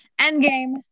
Endgame